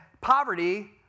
poverty